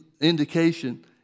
indication